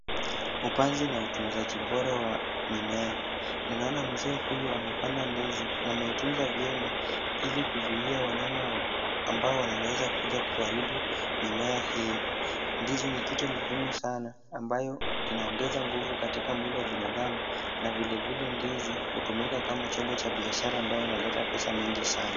Upanzi na utunzaji bora wa mimea. Ninaona Mzee huyu amepanda ndizi na kuitunza vizuri ili kuzuia wanyama ambao wanaweza kuja kuharibu mimea hiyo. Ndizi ni kitu muhimu Sana ambayo inaongeza nguvu katika mwili wa binadamu na vile vile ndizi hutumika kama chombo biashara ambacho kinaleta pesa mingi Sana.